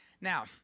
Now